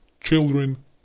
children